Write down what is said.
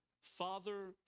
Father